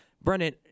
Brennan